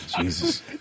Jesus